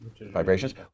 vibrations